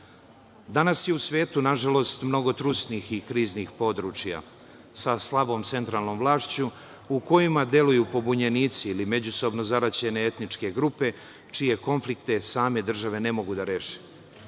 sveta. Danas je u svetu, nažalost, mnogo trusnih i kriznih područja sa slabom centralnom vlašću u kojima deluju pobunjenici ili međusobno zaraćene etničke grupe, čije konflikte same države ne mogu da reše.